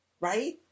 right